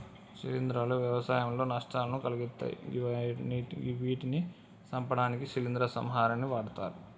శిలీంద్రాలు వ్యవసాయంలో నష్టాలను కలిగిత్తయ్ గివ్విటిని సంపడానికి శిలీంద్ర సంహారిణిని వాడ్తరు